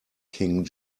king